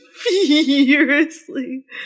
fiercely